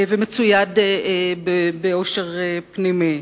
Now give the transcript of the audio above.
ומצויד באושר פנימי.